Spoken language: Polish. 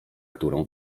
którą